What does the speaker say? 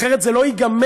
ככה זה לא ייגמר,